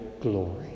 glory